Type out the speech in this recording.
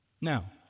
Now